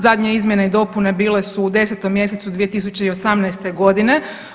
Zadnje izmjene i dopune bile su u 10. mjesecu 2018. godine.